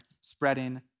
spreading